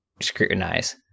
scrutinize